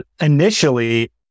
Initially